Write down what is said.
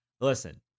Listen